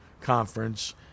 conference